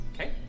Okay